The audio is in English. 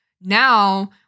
now